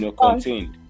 contained